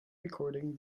recording